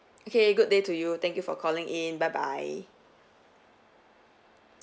okay good day to you thank you for calling in bye bye